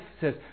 says